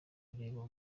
kureba